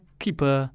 keeper